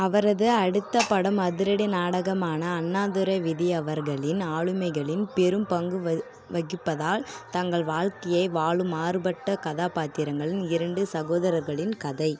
அவரது அடுத்த படம் அதிரடி நாடகமான அண்ணாதுரை விதி அவர்களின் ஆளுமைகளின் பெரும் பங்கு வ வகிப்பதால் தங்கள் வாழ்க்கையை வாழும் மாறுபட்ட கதாபாத்திரங்களின் இரண்டு சகோதரர்களின் கதை